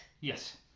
yes